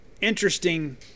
interesting